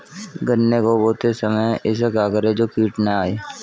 गन्ने को बोते समय ऐसा क्या करें जो कीट न आयें?